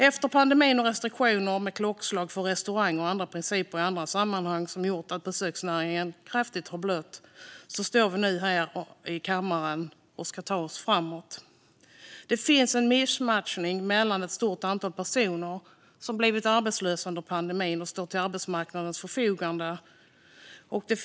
Efter pandemin och restriktioner med klockslag för restauranger och andra principer i andra sammanhang som gjort att näringen har blött kraftigt står vi nu här i kammaren och ska ta oss framåt. Det finns en missmatchning när det gäller ett stort antal personer som blivit arbetslösa under pandemin och som står till arbetsmarknadens förfogande.